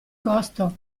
costo